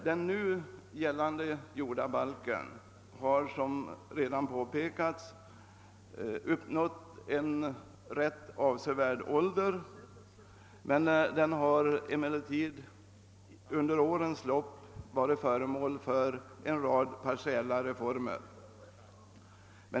Den nu gällande jordabalken har, som redan påpekats, uppnått en rätt avsevärd ålder, men den har under årens lopp varit föremål för en rad partiella reformer.